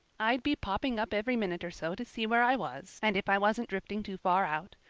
i'd be popping up every minute or so to see where i was and if i wasn't drifting too far out.